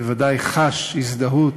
בוודאי חש הזדהות